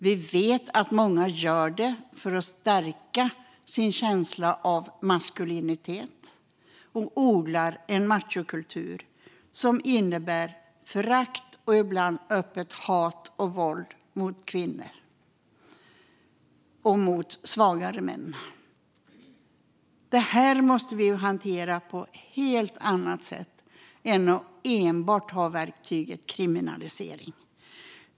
Vi vet att många gör det för att stärka sin känsla av maskulinitet och odlar en machokultur som innebär förakt och ibland öppet hat och våld mot kvinnor och mot svagare män. Detta måste vi hantera på ett helt annat sätt än enbart med verktyget kriminalisering.